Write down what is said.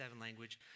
language